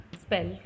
spelt